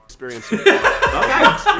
Experience